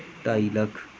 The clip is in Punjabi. ਢਾਈ ਲੱਖ